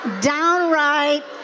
Downright